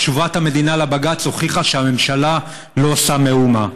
תשובת המדינה לבג"ץ הוכיחה שהממשלה לא עושה מאומה.